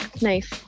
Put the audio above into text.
nice